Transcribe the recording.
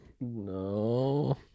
No